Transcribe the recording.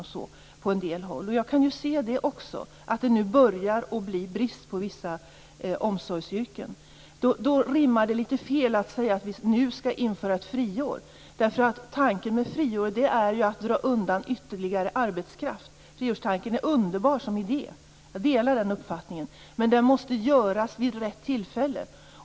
Också jag kan se att det nu börjar bli brist på personal inom vissa omsorgsyrken. Då rimmar det inte riktigt att samtidigt säga att vi nu skall införa ett friår. Tanken med friåret är ju att dra undan ytterligare arbetskraft. Tanken är underbar som idé - jag delar den uppfattningen - men detta måste ske vid rätt tillfälle.